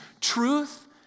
truth